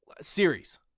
Series